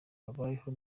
babayeho